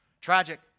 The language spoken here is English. Tragic